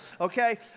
Okay